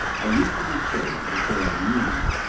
i used to be told, before i knew you,